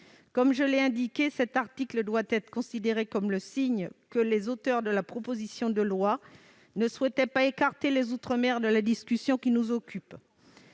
Comme je l'ai indiqué, cet article doit être considéré comme le signe que les auteurs de la présente proposition de loi ne souhaitaient pas écarter les outre-mer de la discussion qui nous occupe.